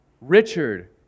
Richard